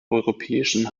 europäischen